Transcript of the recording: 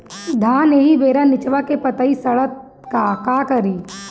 धान एही बेरा निचवा के पतयी सड़ता का करी?